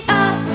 up